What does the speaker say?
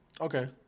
Okay